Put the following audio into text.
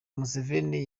museveni